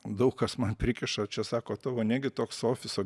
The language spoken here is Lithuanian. daug kas man prikiša čia sako tavo negi toks ofiso